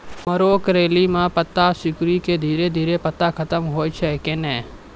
मरो करैली म पत्ता सिकुड़ी के धीरे धीरे पत्ता खत्म होय छै कैनै?